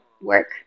work